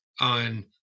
on